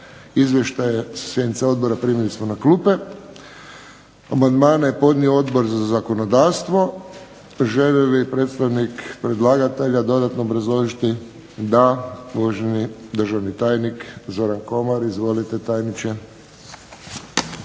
Izvješće sjednice odbora primili smo na klupe. Amandmane je podnio Odbor za zakonodavstvo. Želi li predstavnik predlagatelja dodatno obrazložiti? Da. Uvaženi državni tajnik Zoran Komar. Izvolite tajniče.